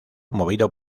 movido